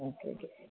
okay okay